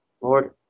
Lord